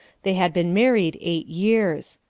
they had been married eight years.